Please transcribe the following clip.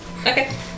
Okay